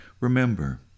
Remember